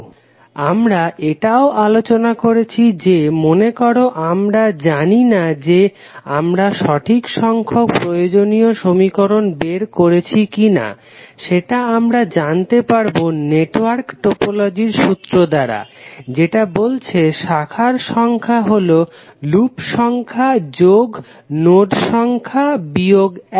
Refer Slide Time 0210 আমরা এটাও আলোচনা করেছি যে মনেকর আমরা জানি না যে আমরা সঠিক সংখ্যক প্রয়োজনীয় সমীকরণ বের করেছি কিনা সেটা আমরা জানতে পারবো নেটওয়ার্ক টোপোলজির সূত্র দ্বারা যেটা বলছে শাখার সংখ্যা হলো লুপ সংখ্যা যোগ নোড সংখ্যা বিয়োগ এক